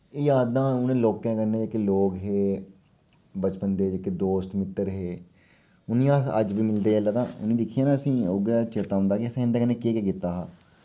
यादां उनें लोकें कन्नै जेह्के लोक हे बचपन दे जेह्के दोस्त मित्तर हे उ'नें अस अज्ज बी मिलदे जिसलै तां उ'नें दिक्खियै ना असें उगड़ा चेता औंदा के असें इं'दे कन्नै केह् केह् कीता हा